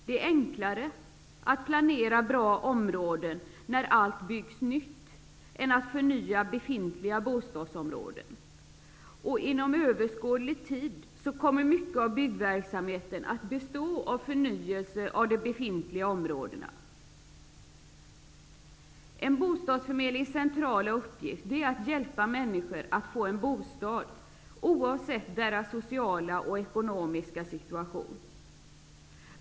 Det är enklare att planera bra områden när allt byggs nytt än att förnya de befintliga bostadsområdena. Inom överskådlig tid kommer mycket av byggverksamheten att bestå av förnyelse av de befintliga områdena. En bostadsförmedlings centrala uppgift är att hjälpa människor att få en bostad, oavsett deras sociala och ekonomiska situation.